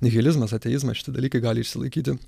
nihilizmas ateizmas šitie dalykai gali išsilaikyti